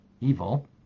evil